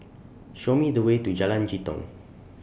Show Me The Way to Jalan Jitong